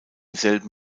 selben